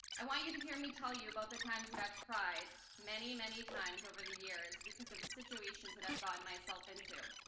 i want you to hear me tell you about the times that i've cried many, many times over the years because of situations that i've gotten myself into.